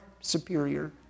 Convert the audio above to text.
superior